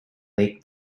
lake